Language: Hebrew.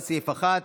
לסעיף 1,